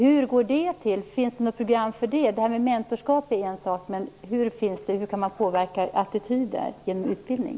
Hur går en sådan till? Finns det något program? Detta med mentorskap är en sak. Men hur kan man påverka attityder genom utbildning?